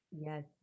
yes